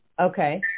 Okay